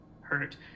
hurt